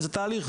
זה תהליך,